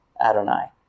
Adonai